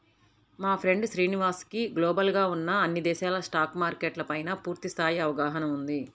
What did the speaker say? మా ఫ్రెండు శ్రీనివాస్ కి గ్లోబల్ గా ఉన్న అన్ని దేశాల స్టాక్ మార్కెట్ల పైనా పూర్తి స్థాయి అవగాహన ఉంది